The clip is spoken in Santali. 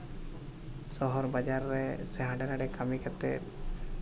ᱥᱚᱦᱚᱨ ᱵᱟᱡᱟᱨ ᱨᱮ ᱥᱮ ᱦᱟᱸᱰᱮ ᱱᱟᱰᱮ ᱠᱟᱹᱢᱤ ᱠᱟᱛᱮᱫ